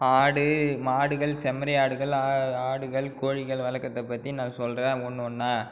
ஆடு மாடுகள் செம்மறி ஆடுகள் ஆ ஆடுகள் கோழிகள் வளர்க்கறத பற்றி நான் சொல்லுறேன் ஒன்று ஒன்றா